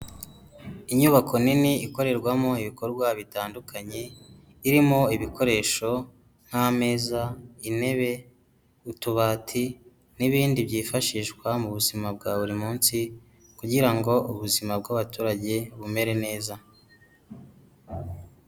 Inyubako nini ikorerwamo ibikorwa bitandukanye, irimo ibikoresho; nk'ameza, intebe, utubati, n'ibindi byifashishwa mu buzima bwa buri munsi, kugira ngo ubuzima bw'abaturage bumere neza.